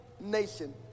nation